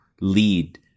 lead